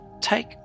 take